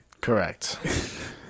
Correct